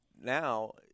now